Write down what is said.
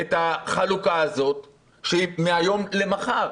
את החלוקה הזאת שהיא מהיום למחר.